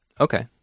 Okay